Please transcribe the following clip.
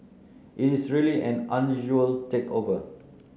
it is really an unusual takeover